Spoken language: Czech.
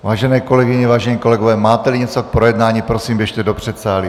Vážené kolegyně, vážení kolegové, máteli něco k projednání, prosím běžte do předsálí.